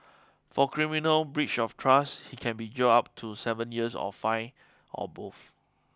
for criminal breach of trust he can be jailed up to seven years or fined or both